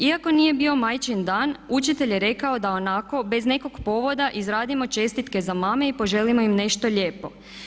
Iako nije bio Majčin dan, učitelj je rekao da onako bez nekog povoda izradimo čestitke za mame i poželimo im nešto lijepo.